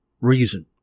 reason